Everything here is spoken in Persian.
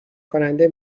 کننده